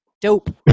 Dope